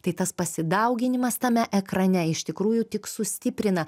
tai tas pasidauginimas tame ekrane iš tikrųjų tik sustiprina